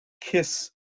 Kiss